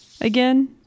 again